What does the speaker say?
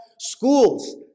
schools